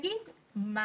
ותגיד מה